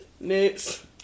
Next